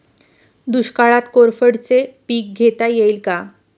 दुष्काळात कोरफडचे पीक घेता येईल का?